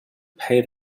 pay